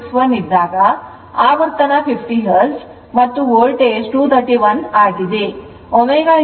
61 ಇದ್ದಾಗ ಆವರ್ತನ 50 ಹರ್ಟ್ಜ್ ಮತ್ತು ವೋಲ್ಟೇಜ್ 231 ಆಗಿದೆ